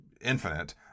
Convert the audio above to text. infinite